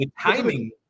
timing